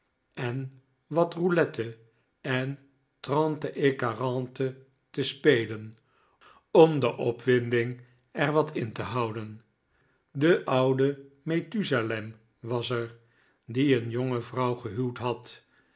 en wat roulette en trente et quarante te spelen om de opwinding er wat in te houden de oude methusalem was er die een jonge vrouw gehuwd had